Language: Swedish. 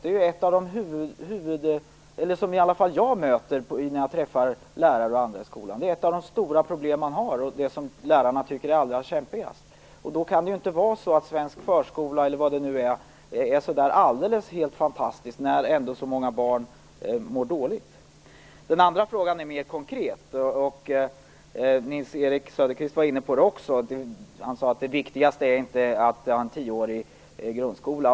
Det är ett av de stora problemen som jag möter när jag träffar lärare och andra i skolan och det som lärarna tycker är allra kämpigast. Då kan det inte vara så att svensk förskola är så helt fantastisk. Det är ju så många barn som mår dåligt. Den andra frågan är mer konkret. Nils-Erik Söderqvist sade att det viktigaste inte är att ha en tioårig grundskola.